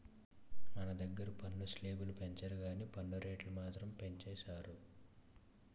మన దగ్గిర పన్ను స్లేబులు పెంచరు గానీ పన్ను రేట్లు మాత్రం పెంచేసారు